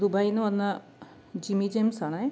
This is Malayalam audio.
ദുബായീന്ന് വന്ന ജിമ്മി ജെയിംസാണേ